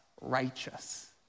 righteous